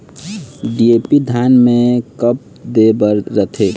DAP धान मे कब दे बर रथे?